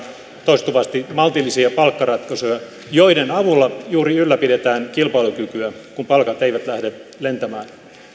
toistuvasti maltillisia palkkaratkaisuja joiden avulla juuri ylläpidetään kilpailukykyä kun palkat eivät lähde lentämään